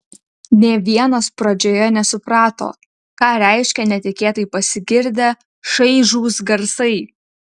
nė vienas pradžioje nesuprato ką reiškia netikėtai pasigirdę šaižūs garsai